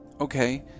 Okay